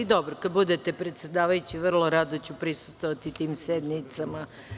Ali, kad budete predsedavajući, vrlo rado ću prisustvovati tim sednicama.